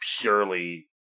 purely